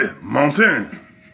Mountain